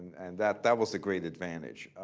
and that that was a great advantage.